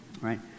Right